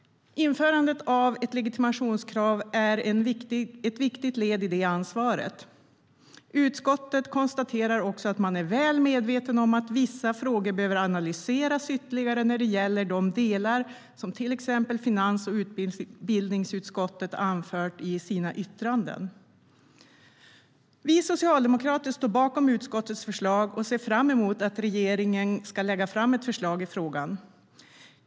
Införandet av ett legitimationskrav är ett viktigt led i detta ansvar. Utskottet konstaterar också att man är väl medveten om att vissa frågor behöver analyseras ytterligare när det gäller de delar som till exempel finans och utbildningsutskottet har anfört i sina yttranden. Vi socialdemokrater står bakom utskottets förslag och ser fram emot att regeringen ska lägga fram ett förslag i frågan.